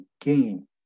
gain